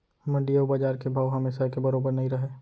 मंडी अउ बजार के भाव हमेसा एके बरोबर नइ रहय